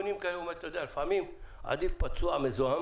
לפעמים עדיף פצוע מזוהם